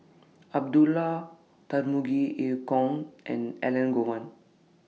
Abdullah Tarmugi EU Kong and Elangovan